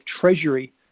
treasury